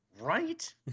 Right